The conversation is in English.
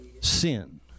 Sin